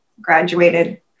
graduated